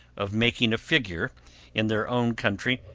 of making a figure in their own country,